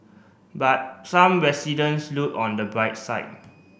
but some residents look on the bright side